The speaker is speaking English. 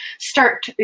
start